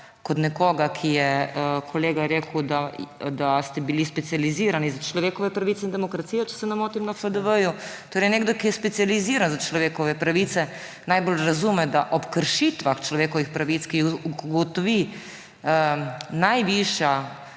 katerega je kolega rekel, da ste bili specializirani za človekove pravice in demokracijo, če se ne motim, na FDV, torej nekdo, ki je specializiran za človekove pravice najbolj razume, da ob kršitvah človekovih pravic, ki jih ugotovi najvišja